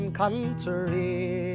country